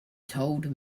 told